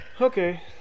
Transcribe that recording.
okay